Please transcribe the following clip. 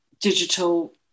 digital